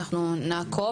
נעמה